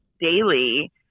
daily